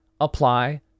apply